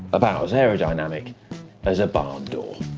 about as aerodynamic as a barn door.